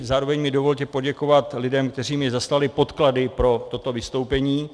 Zároveň mi dovolte poděkovat lidem, kteří mi zaslali podklady pro toto vystoupení.